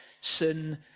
sin